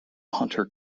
hunter